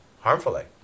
harmfully